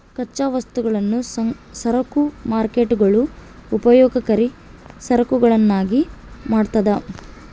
ಕಚ್ಚಾ ವಸ್ತುಗಳನ್ನು ಸರಕು ಮಾರ್ಕೇಟ್ಗುಳು ಉಪಯೋಗಕರಿ ಸರಕುಗಳನ್ನಾಗಿ ಮಾಡ್ತದ